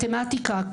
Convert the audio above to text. מתמטיקה,